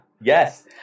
Yes